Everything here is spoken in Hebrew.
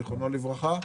זיכרונו לברכה,